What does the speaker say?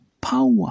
power